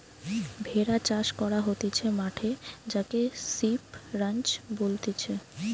ভেড়া চাষ করা হতিছে মাঠে যাকে সিপ রাঞ্চ বলতিছে